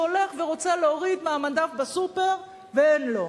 שהולך ורוצה להוריד מהמדף בסופר, ואין לו.